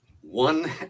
one